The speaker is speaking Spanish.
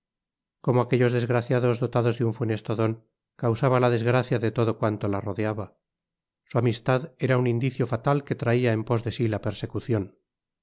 como aquellos desgraciados dotados de un funesto don causaba la desgracia de todo cuanto la rodeaba su amistad era un indicio fatal que traia en pos de sí la persecucion